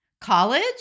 College